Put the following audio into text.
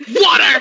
Water